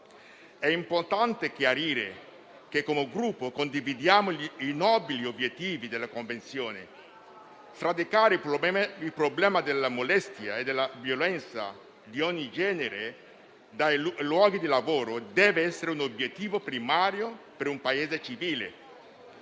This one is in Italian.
È importante chiarire che, come Gruppo, condividiamo i nobili obiettivi della Convenzione, perché sradicare il problema delle molestie e della violenza di ogni genere dai luoghi di lavoro dev'essere un obiettivo primario per un Paese civile.